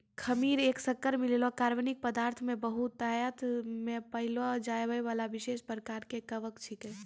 खमीर एक शक्कर मिललो कार्बनिक पदार्थ मे बहुतायत मे पाएलो जाइबला विशेष प्रकार के कवक छिकै